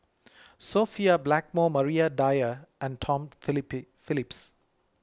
Sophia Blackmore Maria Dyer and Tom Phillip Phillips